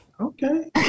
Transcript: Okay